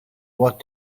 what